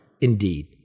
indeed